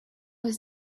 was